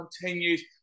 continues